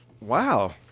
Wow